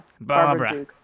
Barbara